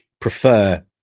prefer